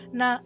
na